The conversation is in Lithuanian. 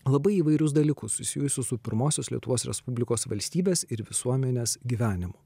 labai įvairius dalykus susijusius su pirmosios lietuvos respublikos valstybės ir visuomenės gyvenimu